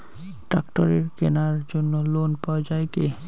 ট্রাক্টরের কেনার জন্য লোন পাওয়া যায় কি?